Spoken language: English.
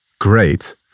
great